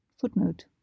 Footnote